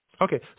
Okay